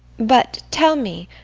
but, tell me,